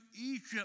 Egypt